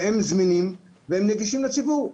זמינים ונגישים לציבור.